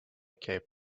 cape